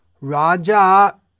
Raja